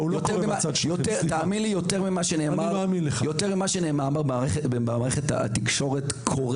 בבית הנשיא קורה יותר ממה שנאמר במערכת התקשורת,